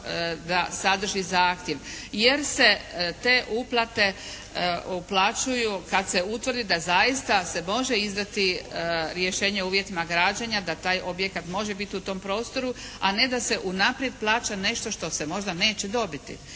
da sadrži zahtjev jer se te uplate uplaćuju kad se utvrdi da zaista se može izdati rješenje o uvjetima građenja. Da taj objekat može biti u tom prostoru. A ne da se unaprijed plaća nešto što se možda neće dobiti.